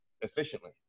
efficiently